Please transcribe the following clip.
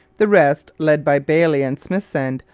the rest, led by bailey and smithsend,